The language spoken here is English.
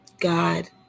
God